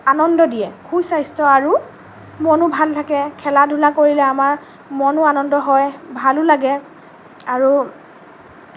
আনন্দ দিয়ে সুস্বাস্থ্য আৰু মনো ভাল থাকে খেলা ধূলা কৰিলে আমাৰ মনো আনন্দ হয় ভালো লাগে আৰু